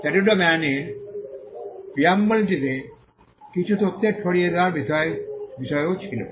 statute of Anne এর preamble টিতে কিছু তথ্যের ছড়িয়ে দেওয়ার বিষয়েও ছিল